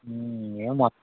ఏమో మొ